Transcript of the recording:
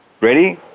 Ready